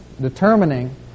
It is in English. determining